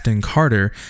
Carter